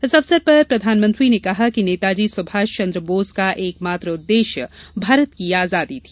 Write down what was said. इस अवसर पर प्रधानमंत्री ने कहा कि नेताजी सुभाष चंद्र बोस का एकमात्र उददेश्य भारत की आजादी था